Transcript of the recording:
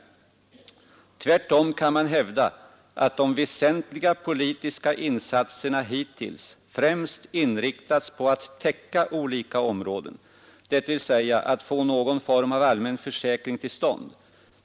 Tvärtom kan man hävda att de väsentliga politiska insatserna hittills främst inriktats på att täcka olika områden, dvs. att få någon form av allmän försäkring till stånd.